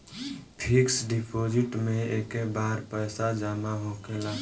fix deposit मे एके बार पैसा जामा होखेला